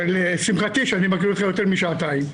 לשמחתי אני מכיר אותך יותר משעתיים.